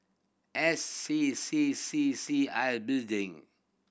S C C C C I Building